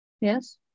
Yes